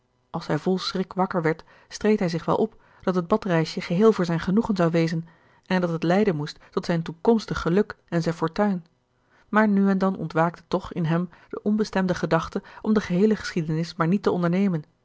als hij vol schrik wakker werd streed hij zich wel op dat het badreisje geheel voor zijn genoegen zou wezen en dat het leiden moest tot zijn toekomstig geluk en zijn fortuin maar nu en dan ontwaakte toch in hem de onbestemde gedachte om de geheele geschiedenis maar niet te ondernemen